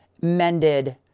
mended